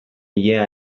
ilea